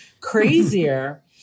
crazier